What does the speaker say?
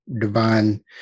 divine